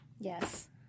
Yes